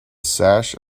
sash